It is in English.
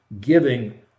giving